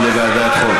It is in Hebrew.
לוועדת חוץ וביטחון.